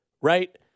right